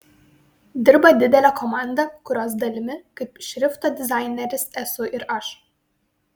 dirba didelė komanda kurios dalimi kaip šrifto dizaineris esu ir aš